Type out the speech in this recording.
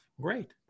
Great